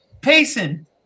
Payson